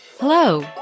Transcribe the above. Hello